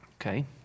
Okay